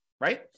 right